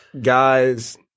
guys